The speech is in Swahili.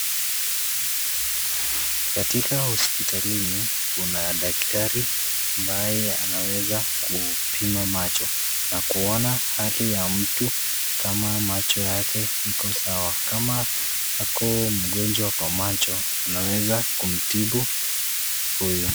Katika hospitalini, kuna daktari ambaye anaweza kupima macho na kuona hali ya mtu kama macho yake iko sawa, Kama ako mgonjwa kwa macho anaweza kumtibu huyu.